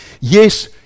yes